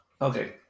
Okay